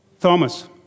Thomas